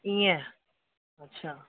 इअं अच्छा